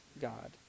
God